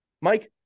Mike